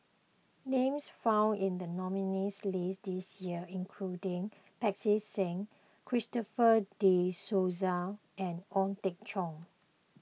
names found in the nominees' list this year including Pancy Seng Christopher De Souza and Ong Teng Cheong